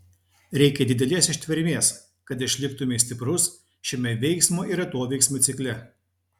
reikia didelės ištvermės kad išliktumei stiprus šiame veiksmo ir atoveiksmio cikle